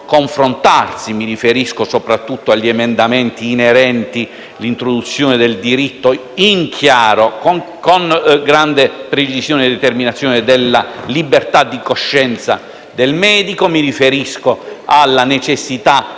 confrontarsi. Mi riferisco soprattutto agli emendamenti inerenti l'introduzione del diritto in chiaro, con grande precisione e determinazione, della libertà di coscienza del medico. Mi riferisco alla necessità